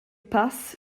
pass